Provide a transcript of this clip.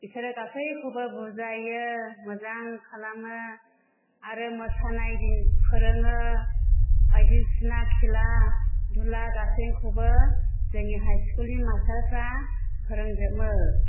बिसोरो गासैखौबो बुजायो मोजां खालामो आरो मोसानाय दिन फोरोङो बायदिसिना खेला दुला गासैखौबो जोंनि हाइ स्कुलनि मास्टारफ्रा फोरोंजोबो